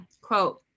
quote